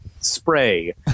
spray